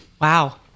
wow